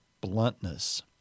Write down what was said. bluntness